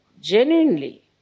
genuinely